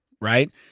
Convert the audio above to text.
right